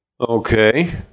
Okay